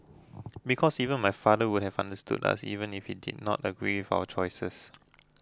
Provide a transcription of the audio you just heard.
because even my father would have understood us even if he did not agree with our choices